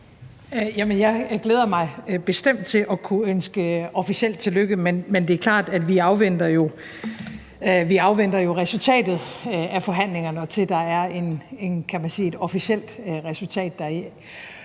Jeg glæder mig bestemt til at kunne ønske officielt tillykke, men det er klart, at vi jo afventer resultatet af forhandlingerne, og at der er et, kan man sige, officielt resultat deraf.